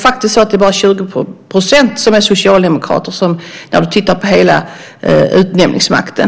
Det är bara 20 % som är socialdemokrater. Det ser du när du tittar på hela utnämningsmakten.